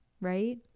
right